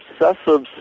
obsessive